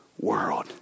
world